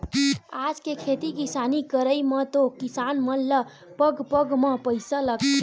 आज के खेती किसानी करई म तो किसान मन ल पग पग म पइसा लगथे